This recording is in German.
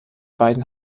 beiden